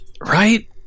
Right